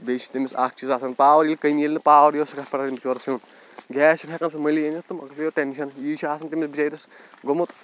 بیٚیہِ چھِ تٔمِس اَکھ چیٖز آسان پاوَر ییٚلہِ کمی ییٚلہِ نہٕ پاوَر اوس سُہ کتھ پٮ۪ٹھ رنہِ بچور سیُٚن گیس چھُنہٕ ہٮ۪کان سُہ مٔلۍ أنِتھ تہٕ مَۄکلیو ٹٮ۪نشن یی چھِ آسان تٔمِس بِچٲرِس گوٚمُت